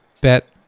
bet